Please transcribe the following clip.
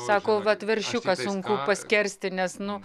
sako vat veršiuką sunku paskersti nes nu